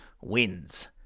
wins